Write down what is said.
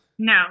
No